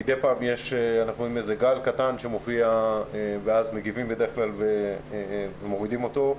מידי פעם אנחנו רואים גל קטן שמופיע ואז מגיבים בדרך כלל ומורידים אותו,